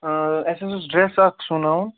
اَسہِ حظ اوس ڈرٛٮ۪س اَکھ سُوناوُن